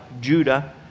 Judah